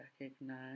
recognize